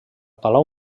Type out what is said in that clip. palau